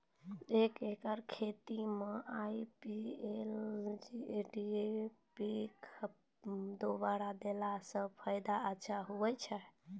एक एकरऽ खेती मे आई.पी.एल डी.ए.पी दु बोरा देला से फ़सल अच्छा होय छै?